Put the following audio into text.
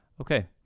Okay